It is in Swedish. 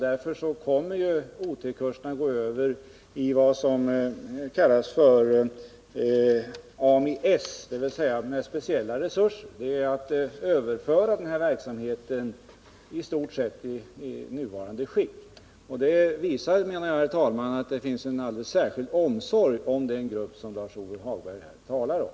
Därför kommer OT-kurserna att gå över i vad som kallas för AMI-S, dvs. arbetsmarknadsinstitut med speciella resurser. Det innebär att man dit överför den nuvarande verksamheten i stort i oförändrat skick. Jag anser, herr talman, att det visar att det finns en alldeles särskild omsorg om den grupp som Lars-Ove Hagberg talar om.